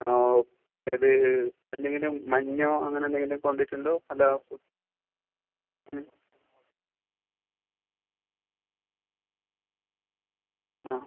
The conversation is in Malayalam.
ആ ഓ ഇത് എന്തെങ്കിലും മഞ്ഞോ അങ്ങനെ എന്തെങ്കിലും കൊണ്ടിട്ടുണ്ടോ അല്ല മ് ആ